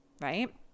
right